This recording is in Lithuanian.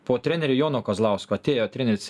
po trenerio jono kazlausko atėjo treneris